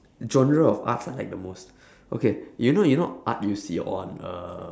genre of arts I like the most okay you know you know art you see on uh